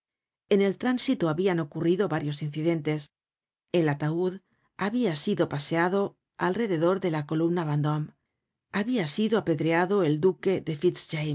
en el tránsito habian ocurrido varios incidentes el ataud habia sido paseado alrededor de la columna vendóme habia sido apedreado el duque de